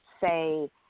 say